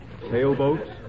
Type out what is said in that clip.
sailboats